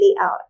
out